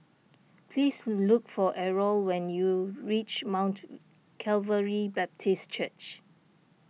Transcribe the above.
please look for Errol when you reach Mount Calvary Baptist Church